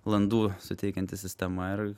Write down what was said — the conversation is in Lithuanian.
landų suteikianti sistema ir